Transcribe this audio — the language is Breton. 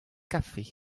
kafe